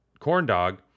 Corndog